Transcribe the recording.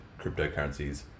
cryptocurrencies